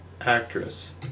actress